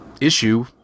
issue